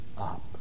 up